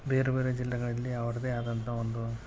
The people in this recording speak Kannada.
ಬೇರೆ ಬೇರೆ ಜಿಲ್ಲೆಗಳಲ್ಲಿ ಅವರದೇ ಆದಂಥ ಒಂದು